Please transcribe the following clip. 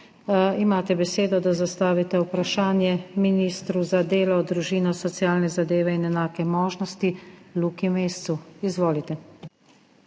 imate besedo, da zastavite vprašanje ministru za delo, družino, socialne zadeve in enake možnosti, Luki Mescu. Izvolite.